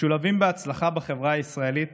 משולבים בהצלחה בחברה הישראלית